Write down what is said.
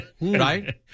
right